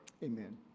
Amen